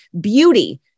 beauty